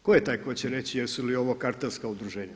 Tko je taj koji će reći jesu li ovo kartelska udruženja.